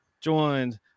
joined